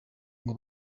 ngo